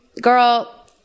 girl